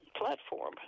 platform